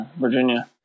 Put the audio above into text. Virginia